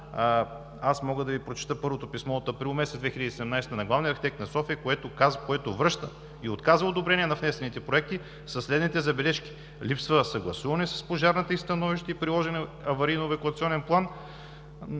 Мога да Ви прочета първото писмо от април месец 2017 г. на главния архитект на София, който връща и отказва одобрение на внесените проекти със следните забележки: липсва съгласуване с пожарната, становище и приложен аварийно-евакуационен план.